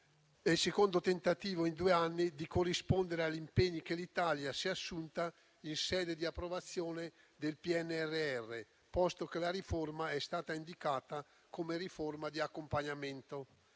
il secondo tentativo in due anni di corrispondere agli impegni che l'Italia si è assunta in sede di approvazione del PNRR, posto che la riforma è stata indicata come di accompagnamento.